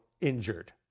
injured